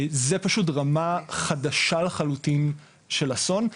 זה פשוט רמה חדשה לחלוטין של אסון.